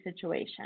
situation